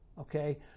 okay